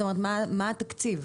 מה התקציב?